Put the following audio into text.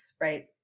right